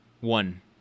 One